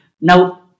Now